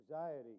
anxiety